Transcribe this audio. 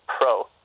pro